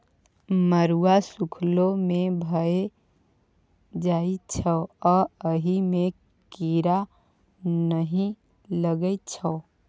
मरुआ सुखलो मे भए जाइ छै आ अहि मे कीरा नहि लगै छै